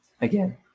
again